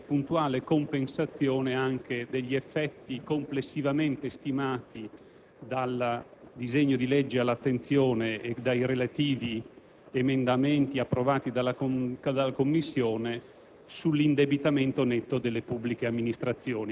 al fine di trovare perfetta e puntuale compensazione anche degli effetti complessivamente stimati dal disegno di legge all'attenzione e dai relativi emendamenti approvati dalla Commissione